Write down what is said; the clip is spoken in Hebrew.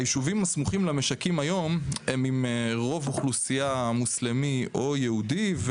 הישובים הסמוכים למשקים היום הוא עם רוב אוכלוסייה מוסלמי או יהודי,